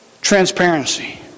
Transparency